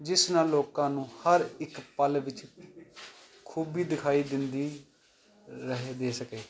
ਜਿਸ ਨਾਲ ਲੋਕਾਂ ਨੂੰ ਹਰ ਇੱਕ ਪਲ ਵਿੱਚ ਖੂਬੀ ਦਿਖਾਈ ਦਿੰਦੀ ਰਹਿ ਦੇ ਸਕੇ